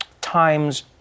times